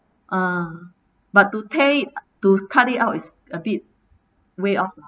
ah but to tear it to cut it out is a bit way off lah